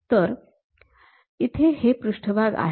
तर इथे हे पृष्ठभाग आहेत